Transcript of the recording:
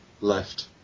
left